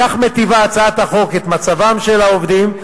בכך מיטיבה הצעת החוק את מצבם של העובדים,